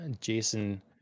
Jason